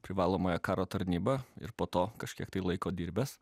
privalomąją karo tarnybą ir po to kažkiek laiko dirbęs